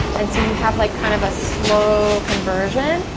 and so you have like kind of a slow conversion,